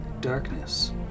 darkness